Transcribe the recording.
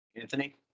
Anthony